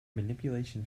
manipulation